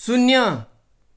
शून्य